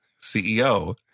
CEO